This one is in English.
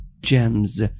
gems